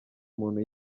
muntu